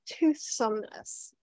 toothsomeness